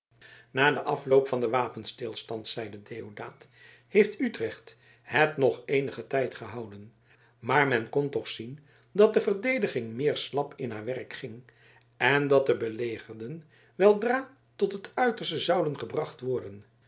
na den afloop van den wapenstilstand zeide deodaat heeft utrecht het nog eenigen tijd gehouden maar men kon toch zien dat de verdediging meer slap in haar werk ging en dat de belegerden weldra tot het uiterste zouden gebracht worden